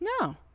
No